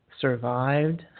Survived